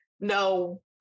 no